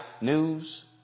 news